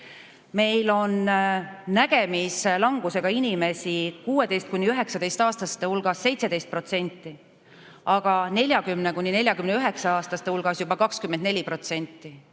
Meil on nägemislangusega inimesi 16–19‑aastaste hulgas 17%, aga 40–49‑aastaste hulgas juba 24%.